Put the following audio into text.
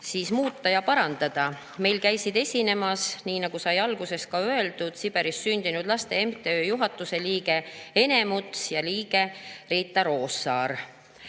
sotsiaalkomisjon parandada. Meil käisid esinemas, nii nagu sai alguses öeldud, Siberis sündinud laste MTÜ juhatuse liige Ene Muts ja liige Ritta Roosaar.